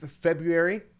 february